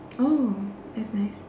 oh that's nice